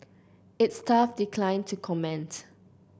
its staff declined to comment